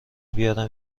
بیارم